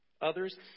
Others